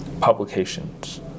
publications